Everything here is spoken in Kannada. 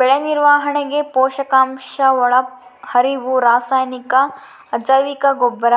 ಬೆಳೆನಿರ್ವಹಣೆಗೆ ಪೋಷಕಾಂಶಒಳಹರಿವು ರಾಸಾಯನಿಕ ಅಜೈವಿಕಗೊಬ್ಬರ